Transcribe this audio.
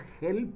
help